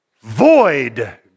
Void